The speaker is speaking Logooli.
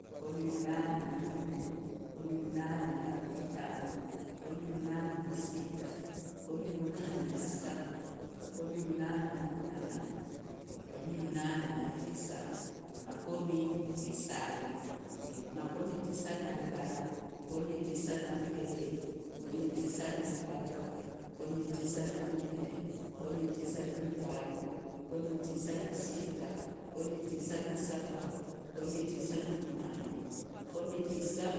Makomi munane na vinne, makomi mnane na vitano, makomi mnane na sita, makomi mnane na saba, makomi mnane na mnane, makomi mnane na tisa. amakomi tisa. makomi tisa na lyelala, makomi tisa na vivele, makomi tisa na vivaga, makomi tisa na vinne, makomi tisa na vitano, makomi tisa na sita, makomi tisa na saba, makomi tisa na mnane, makomi tisa na tisa